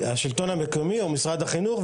השלטון המקומי או משרד החינוך?